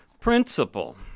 Principle